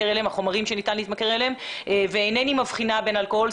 החומרים שניתן להתמכר אליהם ואינני מבחינה בין אלכוהול,